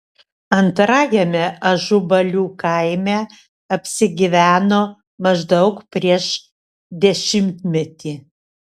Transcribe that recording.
antrajame ažubalių kaime apsigyveno maždaug prieš dešimtmetį